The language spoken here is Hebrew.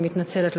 אני מתנצלת,